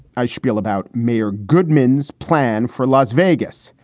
i shpiel about mayor goodmans plan for las vegas.